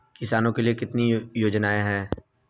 किसानों के लिए कितनी योजनाएं हैं?